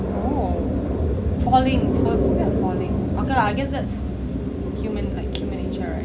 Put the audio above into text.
oh falling fortunate falling !wah! kinda I guess that's human like human nature right